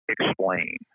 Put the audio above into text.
explain